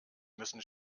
müssen